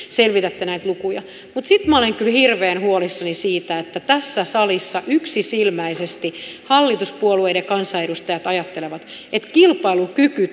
selvitätte näitä lukuja mutta sitten minä olen kyllä hirveän huolissani siitä että tässä salissa yksisilmäisesti hallituspuolueiden kansanedustajat ajattelevat että kilpailukyky